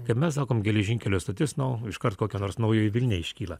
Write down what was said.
kaip mes sakom geležinkelio stotis nu iškart kokia nors naujoji vilnia iškyla